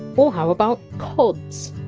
or how about cods?